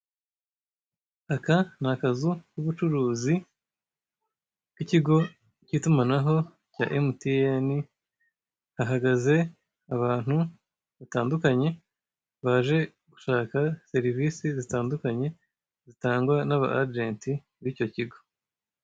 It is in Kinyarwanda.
Aka ni akazu k'ubucuruzi, k'ikigo cy'itumanaho cya emutiyeni, hahagaze abantu batandukanye baje gushaka serivisi zitandukanye zitangwa n'aba ajenti b'icyo kigo.